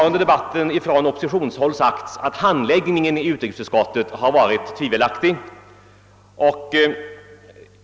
Under debatten har det från oppositionshåll sagts att handläggningen i utrikesutskottet har varit tvivelaktig.